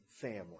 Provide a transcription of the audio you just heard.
family